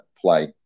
play